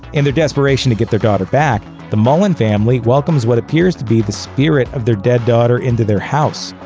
in their desperation to get their daughter back, the mullin family welcomes what appears to be the spirit of their dead daughter into their house.